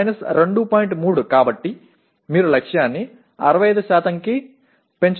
3 కాబట్టి మీరు లక్ష్యాన్ని 65 కి పెంచుతారు